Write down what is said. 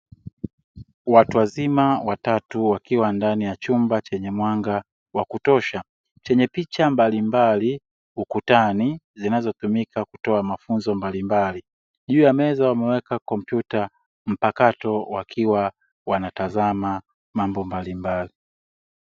Watu wazima watatu wakiwa ndani ya chumba chenye mwanga wa kutosha chenye picha mbalimbali ukutani zinazotumika kutoa mafunzo mbalimbali. Juu ya meza wameweka kompyuta mpakato wakiwa wanatazama mambo mbalimbali.